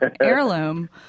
heirloom